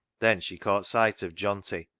then she caught sight of johnty,